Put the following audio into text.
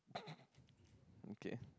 okay